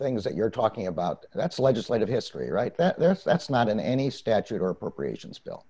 things that you're talking about that's legislative history right that this that's not in any statute or appropriations bill